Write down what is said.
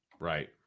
Right